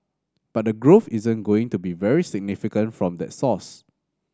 but the growth isn't going to be very significant from that source